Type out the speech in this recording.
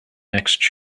next